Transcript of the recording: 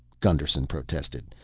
gusterson protested,